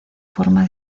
forma